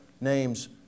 names